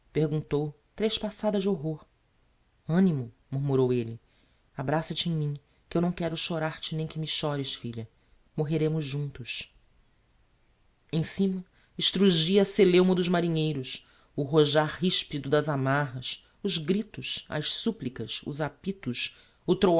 pai perguntou trespassada de horror animo murmurou elle abraça te em mim que eu não quero chorar te nem que me chores filha morreremos juntos em cima estrugia a celeuma dos marinheiros o rojar rispido das amarras os gritos as supplicas os apitos